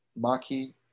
Maki